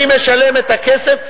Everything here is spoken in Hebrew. אני משלם את הכסף.